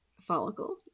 follicle